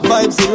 Vibes